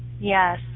Yes